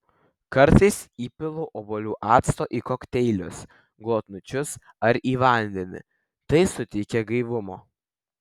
kartais įpilu obuolių acto į kokteilius glotnučius ar į vandenį tai suteikia gaivumo